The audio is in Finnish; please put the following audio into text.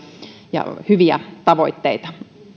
ja hyviä tavoitteita